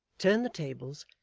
turn the tables,